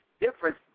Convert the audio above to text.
difference